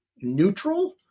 neutral